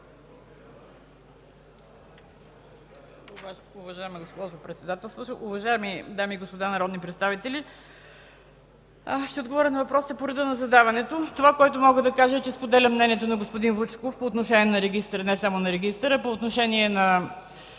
Уважаема госпожо председател, уважаеми дами и господа народни представители! Ще отговоря на въпросите по реда на задаването. Споделям мнението на господин Вучков по отношение на регистъра, а и не само на регистъра, а по отношение на